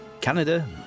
Canada